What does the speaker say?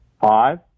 Five